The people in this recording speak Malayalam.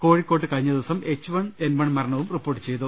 കോഴിക്കോട്ട് കഴിഞ്ഞ ദിവസം എച്ച് വൺ എൻ വൺ മരണവും റിപ്പോർട്ട് ചെയ്തു